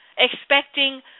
expecting